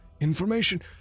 information